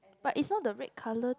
but it's not the red colour